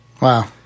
Wow